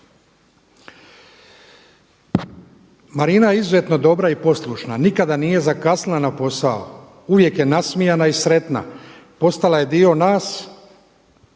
Marina je izuzetno dobra i poslušna, nikada nije zakasnila na posao, uvijek je nasmijana i sretna, postala je dio nas